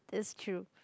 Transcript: this truth